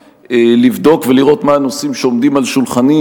לבדוק ולראות מה הנושאים שעומדים על שולחני,